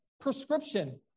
prescription